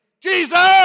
Jesus